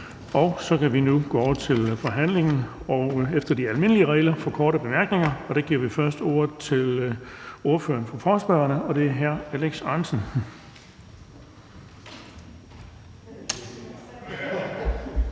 Nu kan vi gå over til forhandlingen og de almindelige regler for korte bemærkninger. Jeg giver først ordet til ordføreren for forespørgerne, og det er hr. Alex Ahrendtsen. Kl.